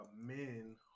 men